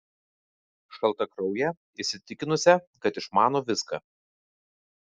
šaltakrauję įsitikinusią kad išmano viską